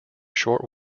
short